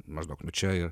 maždaug nu čia